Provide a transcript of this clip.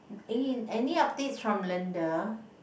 eh any updates from Linda